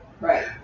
right